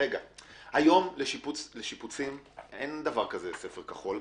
היום לשיפוצים אין דבר כזה ספר כחול,